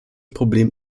problem